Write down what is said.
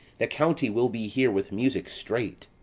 the county will be here with music straight,